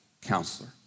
counselor